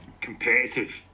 competitive